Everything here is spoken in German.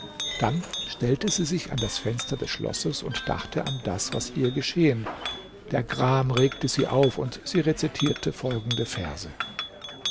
dann stellte sie sich an das fenster des schlosses und dachte an das was ihr geschehen der gram regte sie auf und sie rezitierte folgende verse